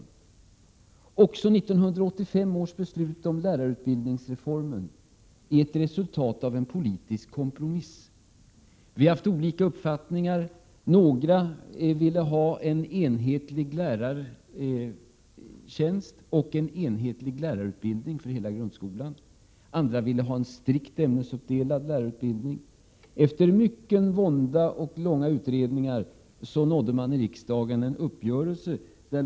1985 års beslut om lärarutbildningsreformen är också ett resultat av en politisk kompromiss. Det har funnits olika uppfattningar. Några ville ha en enhetlig lärartjänst och lärarutbildning för hela grundskolan, andra ville ha en strikt ämnesuppdelad lärarutbildning. Efter mycken vånda och långa utredningar nåddes en uppgörelse i riksdagen.